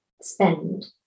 spend